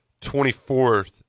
24th